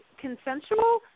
consensual